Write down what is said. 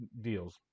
deals